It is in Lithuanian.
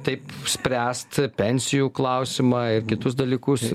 taip spręst pensijų klausimą ir kitus dalykus